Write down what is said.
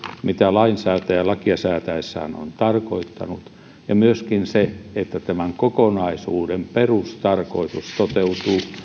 mitä lainsäätäjä lakia säätäessään on tarkoittanut ja myöskin se että tämän kokonaisuuden perustarkoitus toteutuu